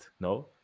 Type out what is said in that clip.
no